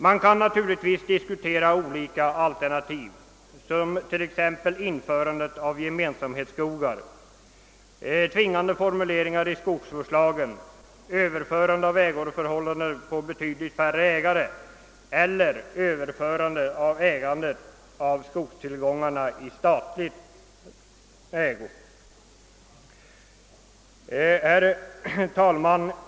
Man kan naturligtvis diskutera olika alternativ därvidlag, t.ex. inrättande av <gemensamhetsskogar, tvingande formuleringar i skogsvårdslagen, överförande av skogen på betydligt färre ägare eller överförande av skogstillgångarna i statens ägo 0. s. Vv.